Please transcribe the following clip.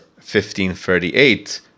1538